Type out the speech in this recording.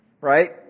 Right